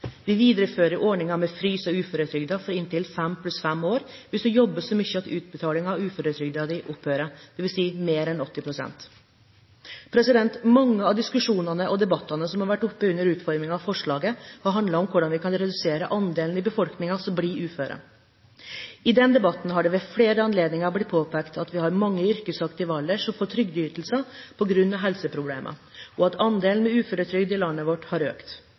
Vi viderefører ordningen med frys av uføretrygden i inntil fem pluss fem år hvis man jobber så mye at utbetalingen av uføretrygden opphører, dvs. mer enn 80 pst. Mange av diskusjonene og debattene som har vært oppe under utformingen av forslaget, har handlet om hvordan vi kan redusere andelen uføre i befolkningen. I den debatten har det ved flere anledninger blitt påpekt at vi har mange i yrkesaktiv alder som får trygdeytelser på grunn av helseproblemer, og at andelen med uføretrygd i landet vårt har økt.